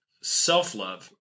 self-love